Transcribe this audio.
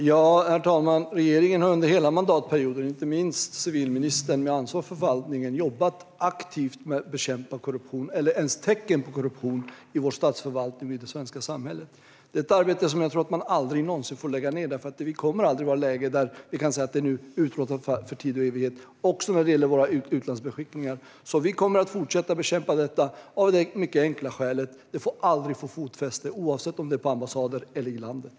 Herr talman! Regeringen, inte minst civilministern med ansvar för statsförvaltningen, har under hela mandatperioden jobbat aktivt med att bekämpa korruption, även tecken på korruption, i vår statsförvaltning i det svenska samhället. Det är ett arbete som jag tror att vi aldrig någonsin får lägga ned, för det kommer aldrig att vara ett läge där vi kan säga att korruptionen är utrotad för tid och evighet, och det gäller också vid våra utlandsbeskickningar. Vi kommer att fortsätta bekämpa detta av det mycket enkla skälet att det aldrig ska få fotfäste, oavsett om det är på ambassader eller här i landet.